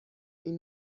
این